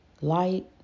light